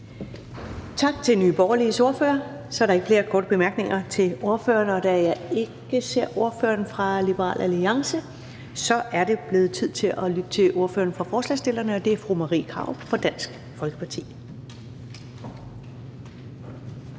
Tak til Nye Borgerliges ordfører. Så er der ikke flere korte bemærkninger til ordføreren. Da jeg ikke ser ordføreren fra Liberal Alliance, er det blevet tid til at lytte til ordføreren for forslagsstillerne, og det er fru Marie Krarup fra Dansk Folkeparti.